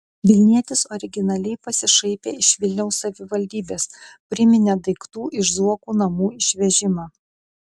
vilnietis originaliai pasišaipė iš vilniaus savivaldybės priminė daiktų iš zuokų namų išvežimą